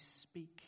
speak